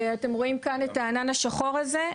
אתם רואים כאן את הענן השחור הזה,